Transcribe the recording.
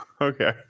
okay